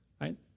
right